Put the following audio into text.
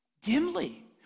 dimly